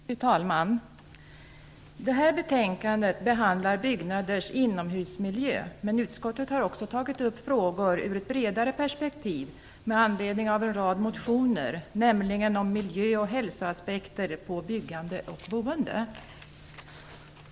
Fru talman! Detta betänkande behandlar byggnaders inomhusmiljö. Men utskottet har också tagit upp frågor ur ett bredare perspektiv med anledning av en rad motioner, nämligen om miljö och hälsoaspekter på byggande och boende.